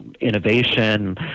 innovation